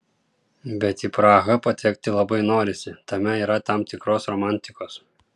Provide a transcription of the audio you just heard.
bet į prahą patekti labai norisi tame yra tam tikros romantikos